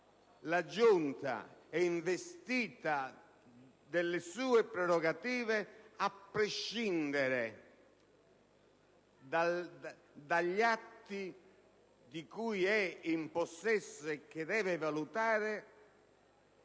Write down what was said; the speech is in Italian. la Giunta è investita delle sue prerogative a prescindere dagli atti di cui è in possesso e che deve valutare